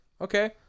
Okay